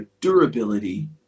durability